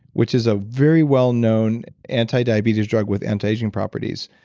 which is a very well known anti-diabetes drug with anti-aging properties,